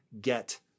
get